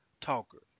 talker